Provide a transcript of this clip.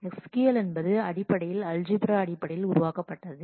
SQL என்பது அடிப்படையில் algebra அடிப்படையில் உருவாக்கப்பட்டது